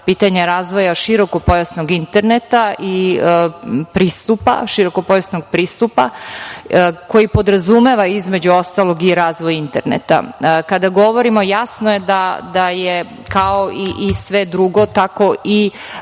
pitanje razvoja širokopojasnog interneta i pristupa, širokopojasnog pristupa koji podrazumeva, između ostalog, i razvoj interneta. Kada govorimo, jasno je da je kao i sve drugo, tako i